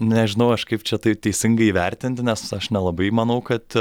nežinau aš kaip čia taip teisingai įvertinti nes aš nelabai manau kad